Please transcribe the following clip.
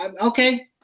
okay